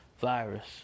virus